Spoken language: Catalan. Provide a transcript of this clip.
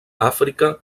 àfrica